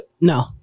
No